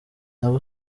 nabo